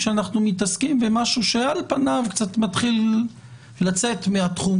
כשאנחנו מתעסקים במשהו שעל פניו קצת מתחיל לצאת מהתחום